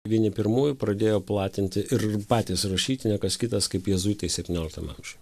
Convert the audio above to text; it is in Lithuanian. vieni pirmųjų pradėjo platinti ir patys rašyti ne kas kitas kaip jėzuitai septynioliktam amžiuj